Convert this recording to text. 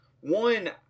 One